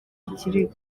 ikirego